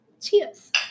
Cheers